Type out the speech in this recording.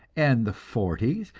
and the forties,